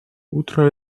утро